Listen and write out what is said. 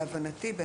להבנתי,